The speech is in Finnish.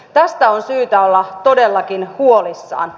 tästä on syytä olla todellakin huolissaan